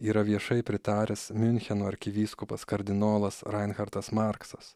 yra viešai pritaręs miuncheno arkivyskupas kardinolas rainhardas marksas